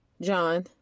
John